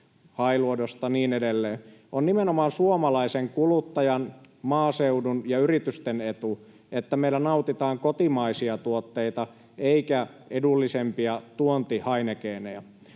Hailuodosta ja niin edelleen. On nimenomaan suomalaisen kuluttajan, maaseudun ja yritysten etu, että meillä nautitaan kotimaisia tuotteita eikä edullisempia tuonti-Heinekeneja.